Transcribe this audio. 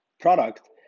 product